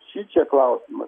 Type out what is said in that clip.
šičia klausimas